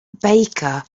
baker